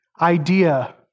idea